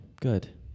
good